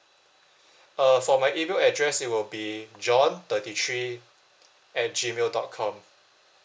uh for my email address it will be john thirty three at G mail dot com